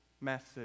message